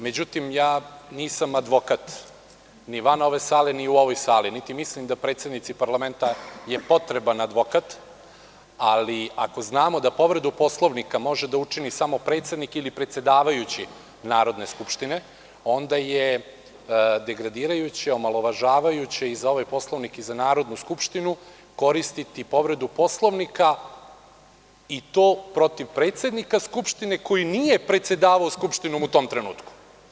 Međutim, ja nisam advokat ni van ove sale, ni u ovoj sali, niti mislim da predsednici parlamenta je potreban advokat, ali ako znamo da povredu Poslovnika može da učini samo predsednik ili predsedavajući Narodne skupštine, onda je degradirajuće, omalovažavajuće i za ovaj Poslovnik i za Narodnu skupštinu koristiti povredu Poslovnika i to protiv predsednika Skupštine koji nije predsedavao Skupštinom u tom trenutku.